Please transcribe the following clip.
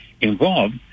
involved